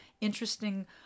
interesting